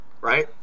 right